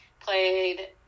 played